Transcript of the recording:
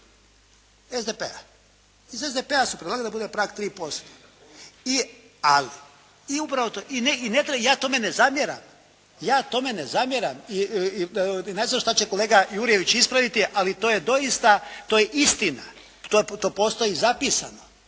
SDP-a. Iz SDP-a su predlagali da bude prag 3%. Ali, i upravo to, ja tome ne zamjeram. I …/Govornik se ne razumije./… šta će kolega Jurjević ispraviti, ali to je doista, to je istina. To postoji zapisano.